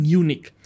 unique